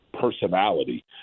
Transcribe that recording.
personality